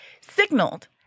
signaled